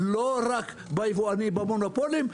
לא רק ביבואנים ובמונופולים,